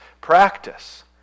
practice